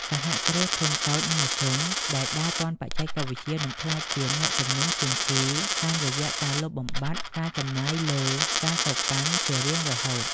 សហគ្រាសធុនតូច និងមធ្យម ដែលដើរទាន់បច្ចេកវិទ្យា នឹងក្លាយជាអ្នកចំណេញជាងគេ តាមរយៈការលុបបំបាត់ការចំណាយលើ ការសូកប៉ាន់ ជារៀងរហូត។